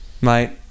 mate